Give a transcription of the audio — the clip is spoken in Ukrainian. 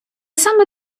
саме